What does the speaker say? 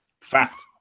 Fact